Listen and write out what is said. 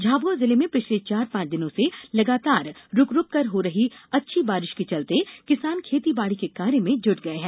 झाबुआ जिले में पिछले चार पांच दिनों से लगातार रूक रूक कर हो रही अच्छी बारिश के चलते किसान खेती बाडी के कार्य में जुट गए हैं